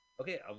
Okay